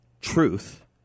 truth